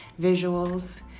visuals